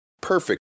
perfect